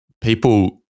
People